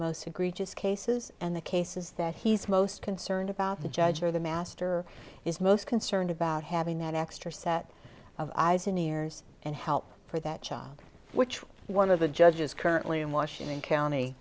most egregious cases and the cases that he's most concerned about the judge or the master is most concerned about having that extra set of eyes and ears and help for that child which one of the judges currently in washington county